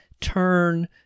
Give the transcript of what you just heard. turn